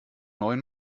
neuen